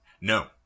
No